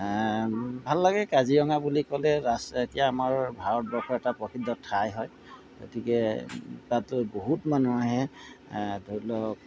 ভাল লাগে কাজিৰঙা বুলি ক'লে ৰাষ্ট্ৰ এতিয়া আমাৰ ভাৰতবৰ্ষৰ এটা প্ৰসিদ্ধ ঠাই হয় গতিকে তাতো বহুত মানুহ আহে ধৰি লওক